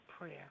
prayer